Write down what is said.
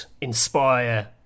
inspire